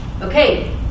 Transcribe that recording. Okay